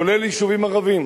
כולל יישובים ערביים,